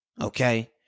okay